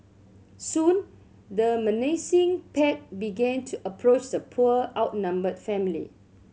soon the menacing pack began to approach the poor outnumbered family